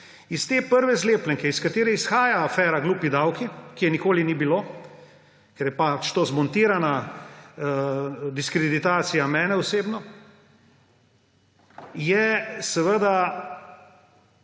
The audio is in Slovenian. Iz te prve zlepljenke, iz katere izhaja afera »glupi davki«, ki je nikoli ni bilo, ker je pač to zmontirana diskreditacija mene osebno, se